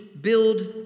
build